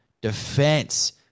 defense